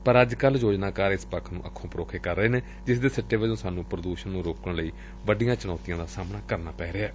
ਪਰ ਅੱਜ ਕੱਲ ਯੋਜਨਾਕਾਰ ਇਸ ਪੱਖ ਨੂੰ ਅੱਧੋ ਪਰੋਖੇ ਕਰਨ ਲੱਗੇ ਨੇ ਜਿਸਦੇ ਸਿੱਟੇ ਵਜੋ ਸਾਨੂੰ ਪ੍ਰਦੂਸ਼ਨ ਨੂੰ ਰੋਕਣ ਵਿੱਚ ਵੱਡੀਆਂ ਚੁਣੌਤੀਆਂ ਦਾ ਸਾਹਮਣਾ ਕਰਨਾ ਪੈ ਰਿਹੈ